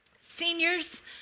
Seniors